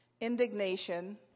indignation